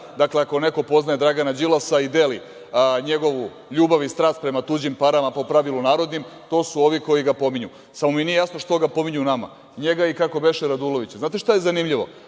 Dakle, ako neko poznaje Dragana Đilasa i deli njegovu ljubav i strast prema tuđim parama, po pravilu narodnim, to su ovi koji ga pominju, samo mi nije jasno što ga pominju nama, njega i, kako beše, Radulovića. Znate šta je zanimljivo?